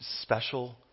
special